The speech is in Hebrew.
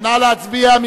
נא להצביע.